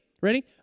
Ready